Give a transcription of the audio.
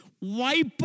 wipe